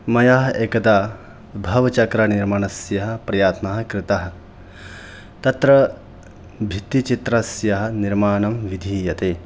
मया एकदा भवचक्रनिर्माणस्य प्रयत्नः कृतः तत्र भित्तिचित्रस्य निर्माणं विधीयते